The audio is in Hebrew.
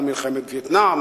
על מלחמת וייטנאם,